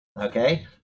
okay